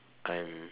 I'm